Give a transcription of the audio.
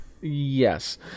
Yes